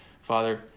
Father